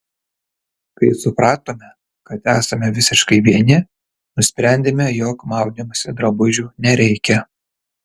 kai supratome kad esame visiškai vieni nusprendėme jog maudymosi drabužių nereikia